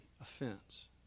offense